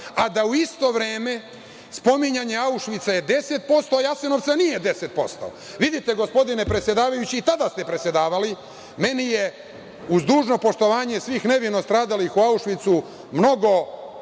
a da u isto vreme, spominjanje Aušvica je 10%, a Jasenovca nije 10%. Vidite gospodine predsedavajući i tada ste predsedavali, meni je uz dužno poštovanje svih nevino nastradalih u Aušvicu mnogo